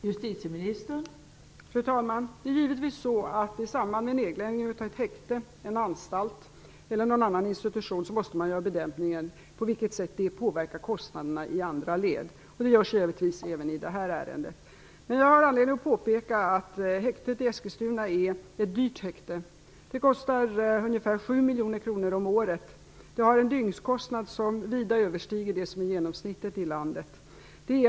Fru talman! Det är givetvis så, att i samband med nedläggning av ett häkte, en anstalt eller någon annan institution, måste man göra bedömningen på vilket sätt den påverkar kostnaderna i andra led. Det görs givetvis i detta ärende. Men jag har anledning att påpeka att häktet i Eskilstuna är ett dyrt häkte. Det kostar ungefär 7 miljoner kronor om året. Dygnskostnaden överstiger vida det som är genomsnittet i landet.